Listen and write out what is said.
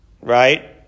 Right